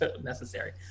necessary